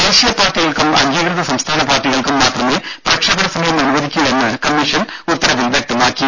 ദേശീയ പാർട്ടികൾക്കും അംഗീകൃത സംസ്ഥാന പാർട്ടികൾക്കും മാത്രമേ പ്രക്ഷേപണ സമയം അനുവദിക്കൂ എന്ന് കമ്മീഷൻ ഉത്തരവിൽ വ്യക്തമാക്കി